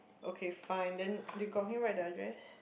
okay fine then you got him right the address